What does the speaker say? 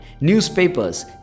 Newspapers